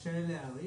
קשה לי להעריך.